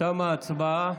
תמה ההצבעה.